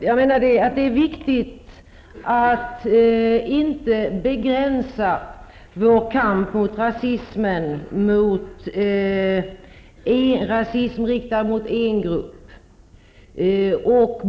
Herr talman! Det är viktigt att inte begränsa vår kamp mot rasismen till en grupp.